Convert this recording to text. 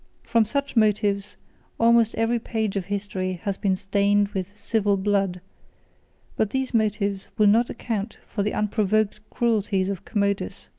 from such motives almost every page of history has been stained with civil blood but these motives will not account for the unprovoked cruelties of commodus,